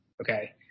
Okay